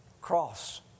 cross